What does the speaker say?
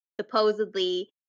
supposedly